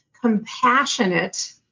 compassionate